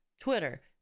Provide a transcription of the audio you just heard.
Twitter